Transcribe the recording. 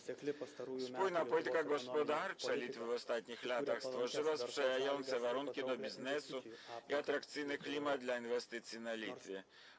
Spójna polityka gospodarcza Litwy w ostatnich latach stworzyła sprzyjające warunki dla biznesu i atrakcyjny klimat dla inwestycji na Litwie.